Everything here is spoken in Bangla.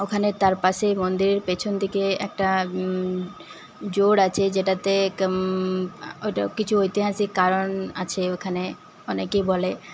ওখানে তার পাশে মন্দিরের পেছন দিকে একটা জোর আছে যেটাতে ওইটা কিছু ঐতিহাসিক কারণ আছে ওইখানে অনেকেই বলে